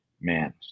man